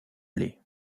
aller